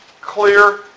clear